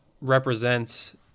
represents